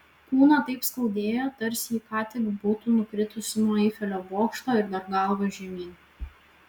kūną taip skaudėjo tarsi ji ką tik būtų nukritusi nuo eifelio bokšto ir dar galva žemyn